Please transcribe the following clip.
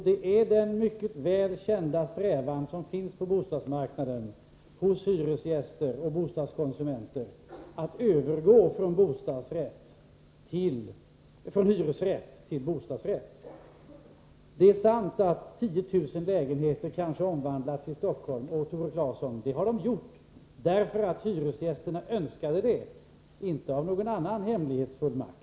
Det är den på bostadsmarknaden mycket välkända strävan hos hyresgäster och bostadskonsumenter att övergå från hyresrätt till bostadsrätt. Det är sant att kanske 10 000 lägenheter har omvandlats i Stockholm. Det har skett, Tore Claeson, därför att hyresgästerna önskade det — inte på grund av någon annan hemlighetsfull makt.